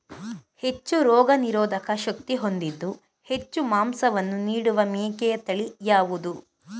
ಹೆಚ್ಚು ರೋಗನಿರೋಧಕ ಶಕ್ತಿ ಹೊಂದಿದ್ದು ಹೆಚ್ಚು ಮಾಂಸವನ್ನು ನೀಡುವ ಮೇಕೆಯ ತಳಿ ಯಾವುದು?